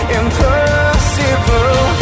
impossible